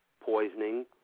poisoning